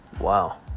Wow